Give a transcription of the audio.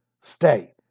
state